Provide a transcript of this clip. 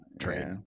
trade